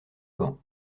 gand